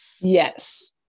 Yes